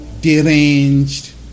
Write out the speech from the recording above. deranged